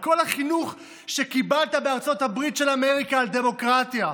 על כל החינוך שקיבלת בארצות הברית של אמריקה על דמוקרטיה?